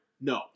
No